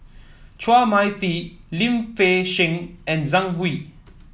Chua Mia Tee Lim Fei Shen and Zhang Hui